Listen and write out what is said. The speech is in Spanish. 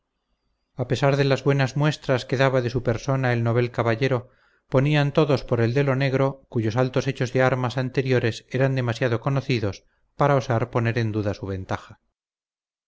a pesar de las buenas muestras que daba de su persona el novel caballero ponían todos por el de lo negro cuyos altos hechos de armas anteriores eran demasiado conocidos para osar poner en duda su ventaja